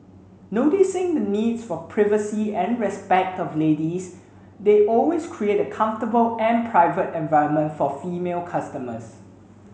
noticing the needs for privacy and respect of ladies they always create a comfortable and private environment for female customers